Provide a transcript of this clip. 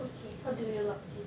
how to reload